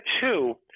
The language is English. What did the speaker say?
two